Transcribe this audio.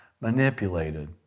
manipulated